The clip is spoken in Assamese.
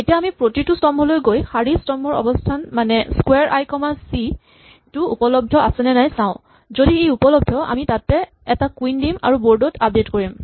এতিয়া আমি প্ৰতিটো স্তম্ভলৈ গৈ শাৰী স্তম্ভৰ অৱস্হান মানে ক্সোৱাৰ আই কমা চি টো উপলব্ধ আছেনে নাই চাওঁ যদি ই উপলব্ধ আমি তাতে এটা কুইন দিম আৰু বৰ্ড ত আপডেট কৰিম